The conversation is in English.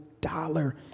dollar